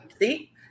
See